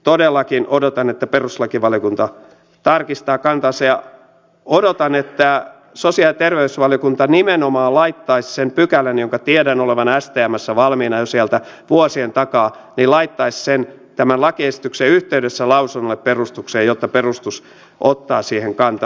todellakin odotan että perustuslakivaliokunta tarkistaa kantansa ja odotan että sosiaali ja terveysvaliokunta nimenomaan laittaisi sen pykälän jonka tiedän olevan stmssä valmiina jo sieltä vuosien takaa tämän lakiesityksen yhteydessä lausunnolle perustukseen joka perustus ottaa siihen kantaa